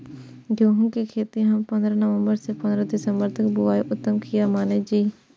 गेहूं के खेती हम पंद्रह नवम्बर से पंद्रह दिसम्बर तक बुआई उत्तम किया माने जी?